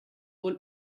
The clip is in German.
wohl